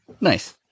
nice